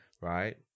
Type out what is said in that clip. Right